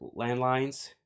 landlines